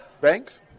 Banks